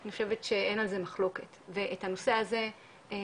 אני חושבת שאין על זה מחלוקת ואת הנושא הזה משרד